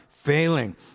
failing